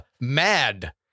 mad